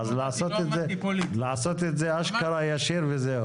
אז לעשות את זה אשכרה ישיר וזהו.